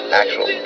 actual